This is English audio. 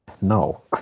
No